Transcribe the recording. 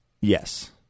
Yes